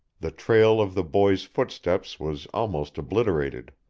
the trail of the boy's footsteps was almost obliterated.